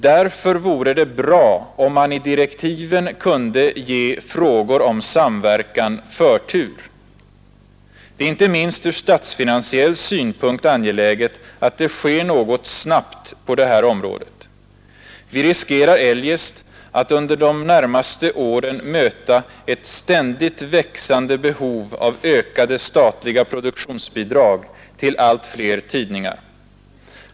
Därför vore det bra om man i direktiven kunde ge frågorna om samverkan förtur. Inte minst ur statsfinansiell synpunkt är det angeläget att det snabbt sker någonting på detta område. Vi riskerar eljest att under de närmaste åren möta ett ständigt växande behov av ökade statliga produktionsbidrag till allt fler tidningar.